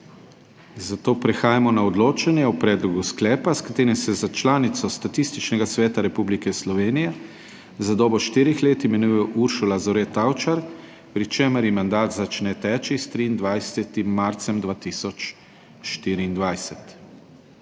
zato prehajamo na odločanje o predlogu sklepa, s katerim se za članico Statističnega sveta Republike Slovenije za dobo štirih let imenuje Uršula Zore Tavčar, pri čemer ji mandat začne teči s 23. marcem 2024.